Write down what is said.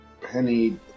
Penny